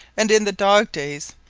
and in the dogdayes,